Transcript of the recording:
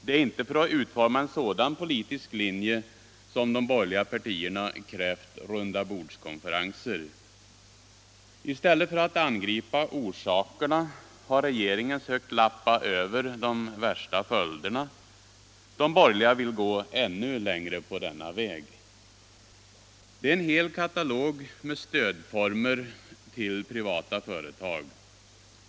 Det är inte för att utforma en sådan politisk linje som de borgerliga partierna krävt rundabordskonferenser. I stället för att angripa orsakerna har regeringen sökt lappa över de värsta följderna. De borgerliga vill gå ännu längre på denna väg. Det finns en hel katalog med stödformer till privata företag.